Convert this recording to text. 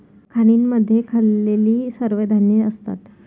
खाणींमध्ये खाल्लेली सर्व धान्ये असतात